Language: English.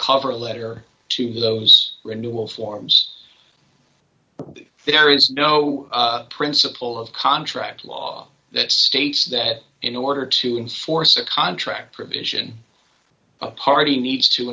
cover letter to those renewal forms there is no principle of contract law that states that in order to enforce a contract provision a party needs to